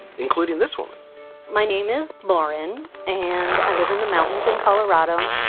including this woman my name is lauren and i live in the mountains in colorado.